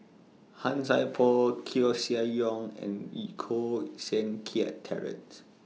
Han Sai Por Koeh Sia Yong and Koh Seng Kiat Terence